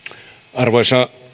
arvoisa